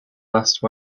last